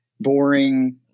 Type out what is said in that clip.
boring